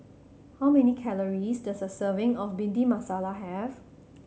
how many calories does a serving of Bhindi Masala have